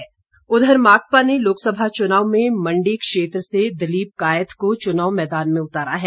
माकपा माकपा ने लोकसभा चुनाव में मण्डी क्षेत्र से दलीप कायथ को चुनाव मैदान में उतारा है